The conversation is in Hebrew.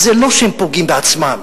כי זה לא שהם פוגעים בעצמם,